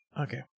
Okay